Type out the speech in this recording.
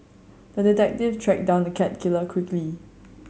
the detective tracked down the cat killer quickly